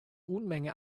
unmenge